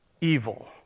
evil